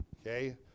Okay